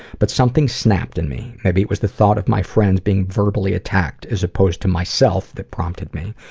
but something snapped in me. maybe it was the thought of my friends being verbally attacked as opposed to myself, that prompted me,